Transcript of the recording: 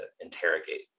interrogate